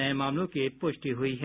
नये मामलों की पुष्टि हुई है